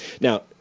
Now